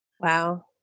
Wow